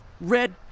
red